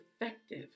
effective